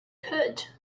could